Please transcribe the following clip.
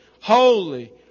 holy